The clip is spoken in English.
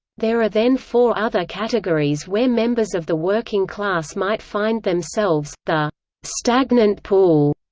there are then four other categories where members of the working class might find themselves the stagnant pool,